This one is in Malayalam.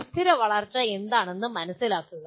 സുസ്ഥിരവളർച്ച എന്താണെന്ന് മനസ്സിലാക്കുക